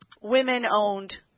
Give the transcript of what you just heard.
women-owned